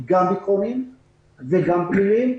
גם ביטחוניים וגם פליליים,